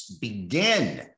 begin